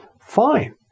Fine